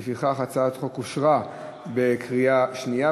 לפיכך, הצעת החוק אושרה בקריאה שנייה.